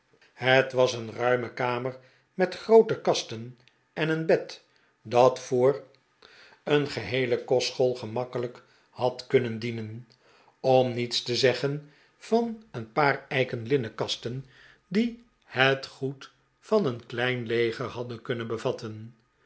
vijanden kostschool gemakkelijk had kunnen dienen om niets te zeggen van een paar eiken lin nenkasten die het goed van een klein leger hadden kunnen bevatten